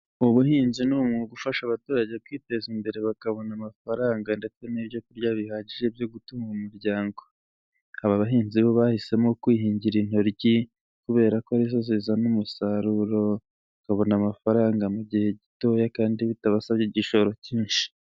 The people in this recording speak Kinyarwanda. Ubuhinzi ni umwuga ufasha abaturage kwiteza imbere bakabona amafaranga ndetse n'ibyo kurya bihagije byo gutunga umuryango; aba bahinzi bo bahisemo kwihingira intoryi kubera ko ari zo zizana umusaruro, bakabona amafaranga mu gihe gitoya kandi bitabasabye igishoro kinshi.